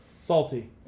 salty